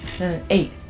Eight